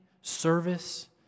service